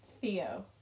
Theo